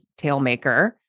TailMaker